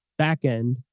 backend